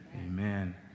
Amen